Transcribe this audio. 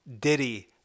Diddy